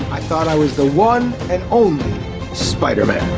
i thought i was the one and only spider-man.